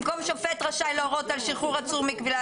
במקום "שופט רשאי להורות על שחרור עצור מכבילה",